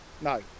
No